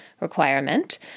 requirement